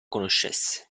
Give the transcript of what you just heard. conoscesse